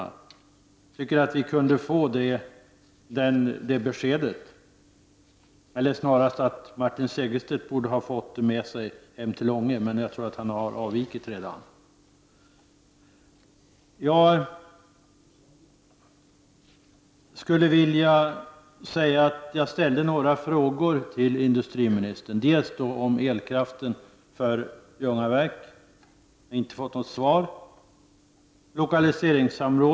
Jag tycker att Martin Segerstedt kunde ha fått det beskedet att vidarebefordra till människorna i Ånge — men han har nog redan avvikit. Jag ställde några frågor till industriministern, t.ex. om elkraften och Ljungaverk. Men jag har inte fått något svar på de frågorna. Jag ställde också en fråga om lokaliseringssamrådet.